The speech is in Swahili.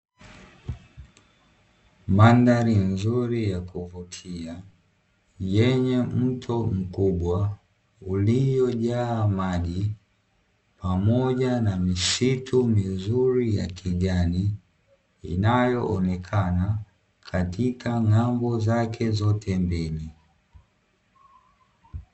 Mandhari nzuri ya kuvutia, yenye mto mkubwa uliojaa maji pamoja na misitu mizuri ya kijani, inayoonekana katika ng'ambo zake zote mbili.